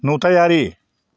नुथायारि